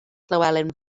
llywelyn